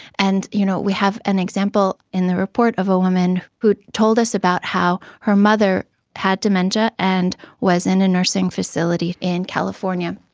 and you know we have an example in the report of a woman who told us about how her mother had dementia and was in a nursing facility in california.